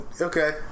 okay